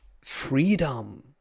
freedom